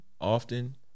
often